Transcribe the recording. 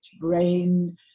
brain